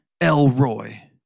Elroy